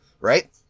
right